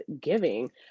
giving